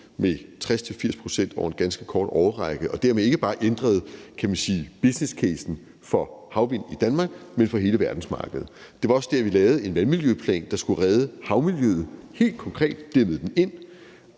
med 60-80 pct. over en ganske kort årrække og dermed ikke bare ændrede, kan man sige, businesscasen for havvindmøller i Danmark, men for hele verdensmarkedet. Det var også der, vi lavede en vandmiljøplan, der skulle redde havmiljøet, og helt konkret dæmmede det ind.